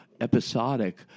episodic